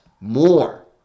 more